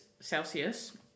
Celsius